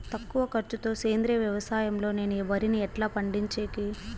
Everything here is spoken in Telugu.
తక్కువ ఖర్చు తో సేంద్రియ వ్యవసాయం లో నేను వరిని ఎట్లా పండించేకి?